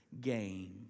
game